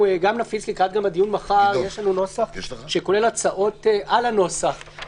לקראת הדיון מחר יש לנו נוסח שכולל הצעות לתיקונים על הנוסח.